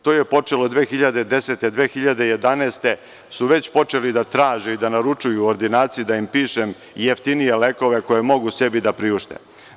To je počelo od 2010. godine, 2011. godine su već počeli da traže i da naručuju u ordinaciji da im pišem jeftinije lekove koje mogu sebi da priušte.